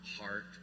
heart